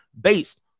based